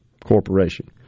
Corporation